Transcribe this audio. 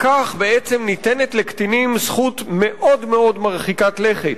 בכך בעצם ניתנת לקטינים זכות מאוד מאוד מרחיקת לכת,